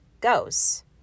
goes